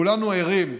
כולנו ערים,